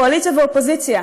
קואליציה ואופוזיציה,